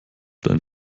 deinen